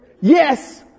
yes